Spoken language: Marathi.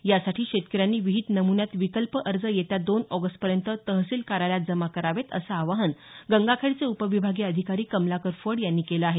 यासाठी शेतकऱ्यांनी विहित नमुन्यात विकल्प अर्ज येत्या दोन ऑगस्टपर्यंत तहसील कार्यालयात जमा करावेत असं आवाहन गंगाखेडचे उपविभागीय अधिकारी कमलाकर फड यांनी केलं आहे